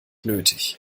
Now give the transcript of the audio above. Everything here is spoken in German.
nötig